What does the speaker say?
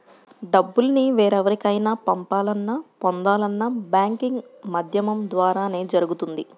డబ్బుల్ని వేరెవరికైనా పంపాలన్నా, పొందాలన్నా బ్యాంకింగ్ మాధ్యమం ద్వారానే జరుగుతుంది